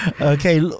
Okay